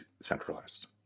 centralized